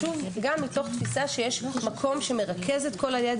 מתוך תפיסה שיש מקום שמרכז את כל הידע